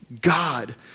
God